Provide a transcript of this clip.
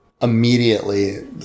immediately